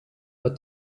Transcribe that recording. but